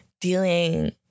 dealing